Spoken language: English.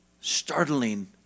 startling